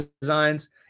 designs